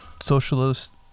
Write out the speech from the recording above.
socialist